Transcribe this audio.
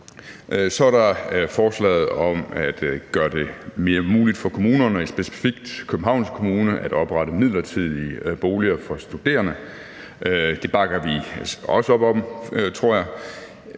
Så er der forslaget om at gøre det mere muligt for kommunerne og specifikt Københavns Kommune at oprette midlertidige boliger for studerende. Det bakker vi også op om, tror jeg,